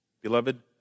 Beloved